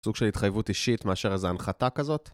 סוג של התחייבות אישית מאשר זה הנחתה כזאת.